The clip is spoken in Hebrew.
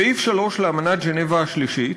סעיף 3 לאמנת ז'נבה השלישית,